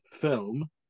film